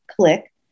click